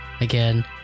Again